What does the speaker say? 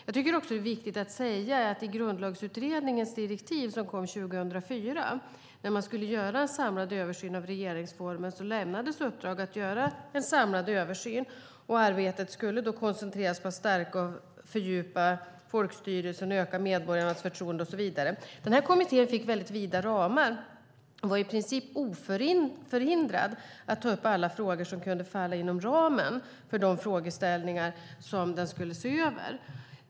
Jag tycker att det är viktigt att säga att i Grundlagsutredningens direktiv, som kom 2004 när man skulle göra en samlad översyn av regeringsformen, lämnades uppdrag att göra en samlad översyn. Arbetet skulle koncentreras på att stärka och fördjupa folkstyrelsen, öka medborgarnas förtroende och så vidare. Den här kommittén fick väldigt vida ramar och var i princip oförhindrad att ta upp alla frågor som kunde falla inom ramen för de frågeställningar som den skulle se över.